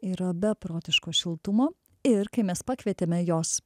yra beprotiško šiltumo ir kai mes pakvietėme jos